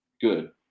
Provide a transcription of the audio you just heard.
good